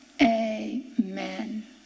Amen